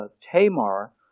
Tamar